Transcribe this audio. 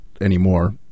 anymore